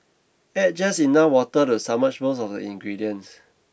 add just enough water to submerge most of the ingredients